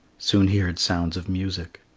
soon he heard sounds of music.